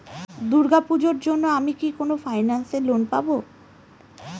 দূর্গা পূজোর জন্য আমি কি কোন ফাইন্যান্স এ লোন পাবো?